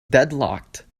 deadlocked